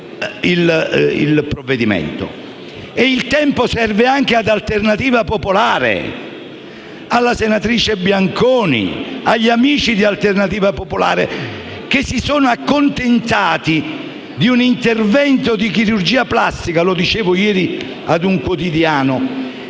Il tempo serve anche al Gruppo di Alternativa popolare, alla senatrice Bianconi, agli amici di Alternativa popolare, che si sono accontentati di un intervento di chirurgia plastica - come dicevo proprio ieri in